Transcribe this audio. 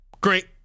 Great